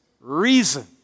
reason